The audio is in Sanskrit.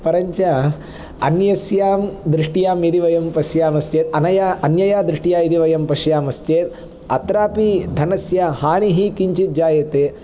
परञ्च अन्यस्यां दृष्ट्यां यदि वयं पश्यामश्चेत् अनया अन्यया दृष्ट्या यदि वयं पश्यामश्चेत् अत्रापि धनस्य हानिः किञ्चित् जायते